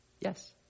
yes